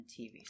TV